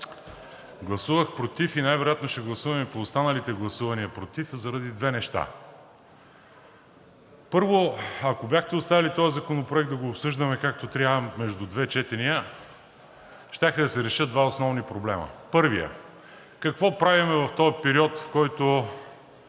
Гласувах против и най-вероятно ще гласувам и по останалите гласувания против заради две неща. Първо, ако бяхте оставили този законопроект да го обсъждаме както трябва между две четения, щяха да се решат два основни проблема. Първият – какво правим в този период, който